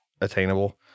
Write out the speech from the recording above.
attainable